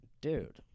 dude